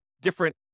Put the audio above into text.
different